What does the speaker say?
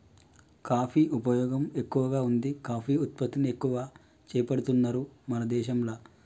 coffee ఉపయోగం ఎక్కువగా వుంది కాఫీ ఉత్పత్తిని ఎక్కువ చేపడుతున్నారు మన దేశంల